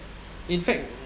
in fact